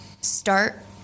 start